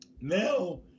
now